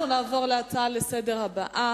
אנחנו נעבור להצעה הבאה לסדר-היום,